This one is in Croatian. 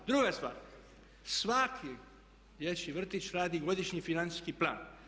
Druga stvar, svaki dječji vrtić radi godišnji i financijski plan.